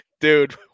Dude